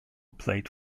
played